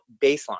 baseline